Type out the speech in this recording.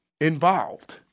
involved